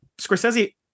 scorsese